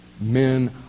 men